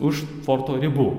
už forto ribų